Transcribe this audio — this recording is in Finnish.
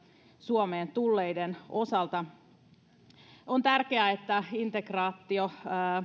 suomeen tulleiden osalta on tärkeää että integraatio